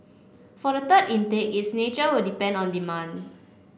for the third intake its nature will depend on demand